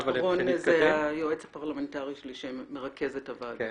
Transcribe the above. רון זה היועץ הפרלמנטרי שלי שמרכז את הועדה,